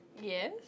Yes